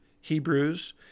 Hebrews